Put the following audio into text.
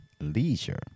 Leisure